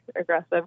aggressive